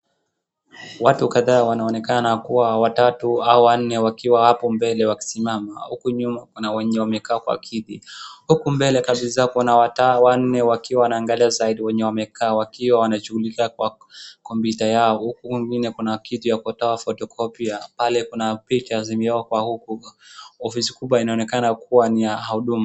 watu kadhaa wanaonekana ni watatu au wanne wakiwa hapo mbele wakisimamama huku nyuma kuna wenye wamekaa kwa kiti huku mbele kuna watu wanne wakiwa wakiangalia side wakiwa wanaguza kompyuta yao huku wakona kitu ya kutoa photocopy pale kuna picha zimeekwa huku ofisi kubwa zinaonekana kuwa ni ya huduma